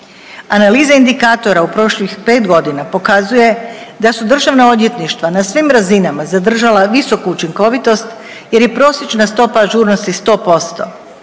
Analiza indikatora u prošlih 5 godina pokazuje da su državna odvjetništva na svim razinama zadržala visoku učinkovitost, jer je prosječna stopa ažurnosti 100%